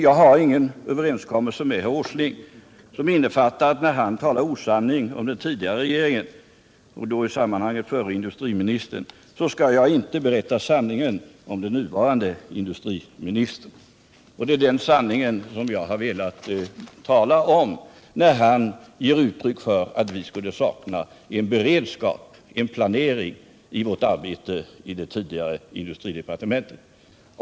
Jag har ingen överenskommelse med herr Åsling som innefattar att när han talar osanning om den tidigare regeringen, och i det här sammanhanget om den förre industriministern, så skall jag inte berätta sanningen om den nuvarande industriministern. Jag har i stället velat tala om den sanningen, eftersom herr Åsling givit uttryck för att vi tidigare i industridepartementet skulle ha saknat en beredskap och en planering i vårt arbete.